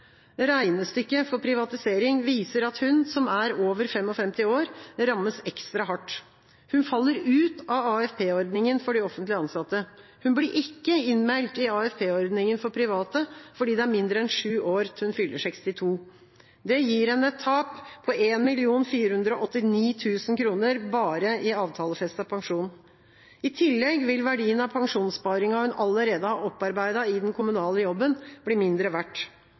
Regnestykket for privatisering viser at hun, som er over 55 år, rammes ekstra hardt. Hun faller ut av AFP-ordninga for de offentlig ansatte. Hun blir ikke innmeldt i AFP-ordninga for private fordi det er mindre enn sju år til hun fyller 62. Det gir henne et tap på 1 489 000 kr bare i avtalefestet pensjon. I tillegg vil verdien av pensjonssparinga hun allerede har opparbeidet i den kommunale jobben, bli mindre verdt.